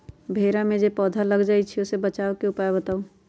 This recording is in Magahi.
भेरा जे पौधा में लग जाइछई ओ से बचाबे के उपाय बताऊँ?